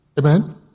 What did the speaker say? Amen